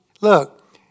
look